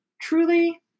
truly